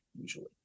usually